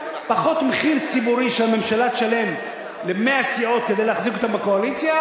פחות מחיר ציבורי שהממשלה תשלם למאה סיעות כדי להחזיק אותן בקואליציה.